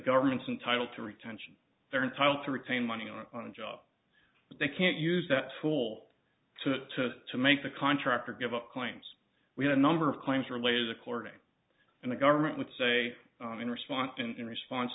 government's entitle to retention they're entitled to retain money on a job that they can't use that full to to make the contractor give up claims we had a number of claims related according and the government would say in response in response